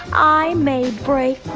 i made break